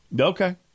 Okay